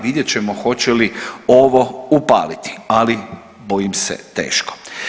Vidjet ćemo hoće li ovo upaliti, ali bojim se teško.